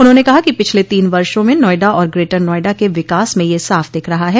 उन्होंने कहा कि पिछले तीन वर्षो में नोएडा और ग्रेटर नोएडा के विकास में यह साफ दिख रहा है